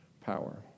power